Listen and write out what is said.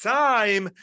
time